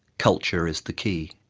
culture is the key.